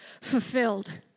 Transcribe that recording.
fulfilled